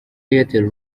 airtel